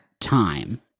time